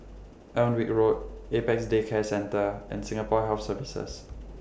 Alnwick Road Apex Day Care Centre and Singapore Health Services